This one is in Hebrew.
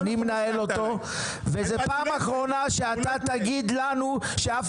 אני מנהל אותו וזו פעם אחרונה שאתה תגיד לנו ש'אף